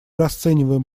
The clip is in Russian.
расцениваем